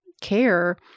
care